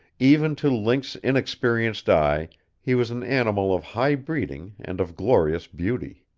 even to link's inexperienced eye he was an animal of high breeding and of glorious beauty.